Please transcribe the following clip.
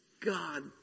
God